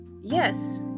yes